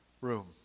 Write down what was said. room